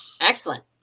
Excellent